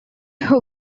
her